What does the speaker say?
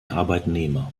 arbeitnehmer